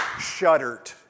shuddered